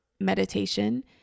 meditation